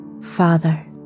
Father